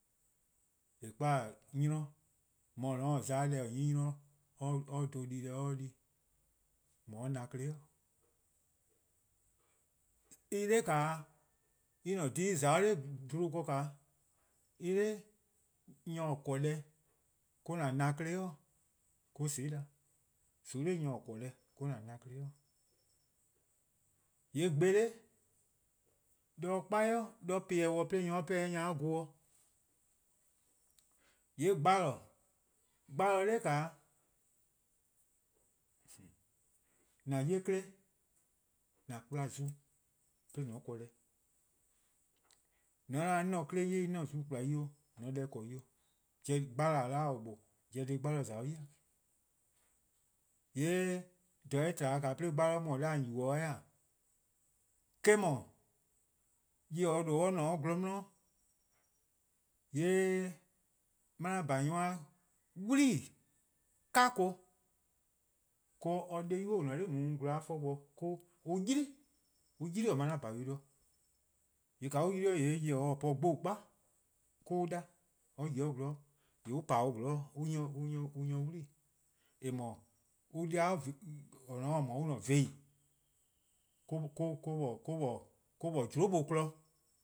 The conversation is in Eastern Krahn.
:Eh po-a 'nynor, :mkor :an :za 'o deh :an 'nyi 'nynor or 'ye di-deh dhen or 'ye di, :mor or na-a' 'klei', en 'dae:, en-' dhih en :za-a' dha 'bluhba ken, en 'da nyor :or 'ble-a deh or-: :an na 'klei', ka :soon'+ 'da, :soon' 'da nyor :or 'ble-a deh or-: 'an na klei'. :yee' gbe 'da, 'de 'kpa 'worn 'i 'pebeh'eh :weh 'de nyor-a po 'o gun dih. :yeee' gbalor, gbarlor 'da, :an 'ye 'kle, an kplan zuu: :weh 'de :na di deh. :mor :on 'da 'on se 'kle 'ye 'i 'on :se-' zuu kplan 'i 'o :yee' :on :se-' deh :korn 'i 'o. Pobo 'o gbalor :or 'da :or :bo-a', pobo: deh gbalor :za-a ya, :yee' :dha eh tba- a dih 'de gbalor :za-a' deh :daa :on yubo 'o 'weh :e? Eh :mor, nyor-kpalu :due' or :ne 'o gwlor 'di, :yee' :bhaon: yu-a 'wlii 'kako' me-: or 'dei' :boi' :on :ne-a 'de gwlor-a 'for bo on 'yli, on 'yli-dih :bhaon: yu 'de-dih. :yee' :ka on yli-a :yee' nyor-kpalu :or po-a gboluhgba' or-: on 'da :or 'yi 'o gwlor, 'de on :pa-dih 'zorn-dih on 'nyi-or 'wlii :eh mor an 'de-de :or no-a on vehn 'i or-: 'jlu 'ye kpon.